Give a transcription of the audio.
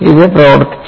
ഇത് പ്രവർത്തിച്ചു